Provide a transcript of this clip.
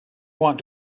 want